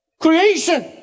Creation